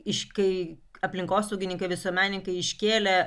iš kai aplinkosaugininkai visuomenininkai iškėlė